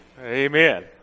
Amen